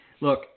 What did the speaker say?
Look